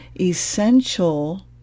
essential